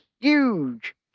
huge